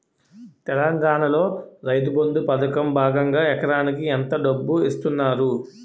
తెలంగాణలో రైతుబంధు పథకం భాగంగా ఎకరానికి ఎంత డబ్బు ఇస్తున్నారు?